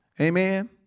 Amen